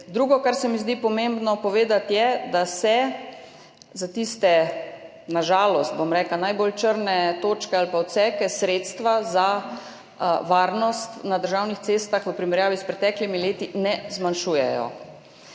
Drugo, kar se mi zdi pomembno povedati, je, da se za tiste, bom rekla, na žalost najbolj črne točke ali pa odseke sredstva za varnost na državnih cestah v primerjavi s preteklimi leti ne zmanjšujejo.